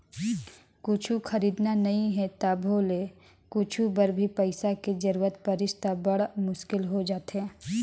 कुछु खरीदना नइ हे तभो ले कुछु बर भी पइसा के जरूरत परिस त बड़ मुस्कुल हो जाथे